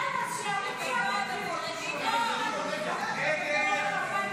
נרשמת התרגשות בשני צידי הבית.